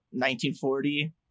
1940